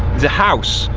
there's a house,